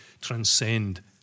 transcend